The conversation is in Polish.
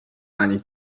ani